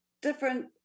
different